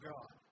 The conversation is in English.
God